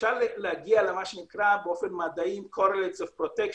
אפשר להגיע למה שנקרא באופן מדעי Correlates of protection,